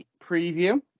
preview